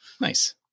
Nice